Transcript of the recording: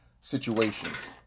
situations